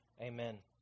Amen